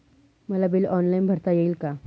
मला bill online भरता येईल का?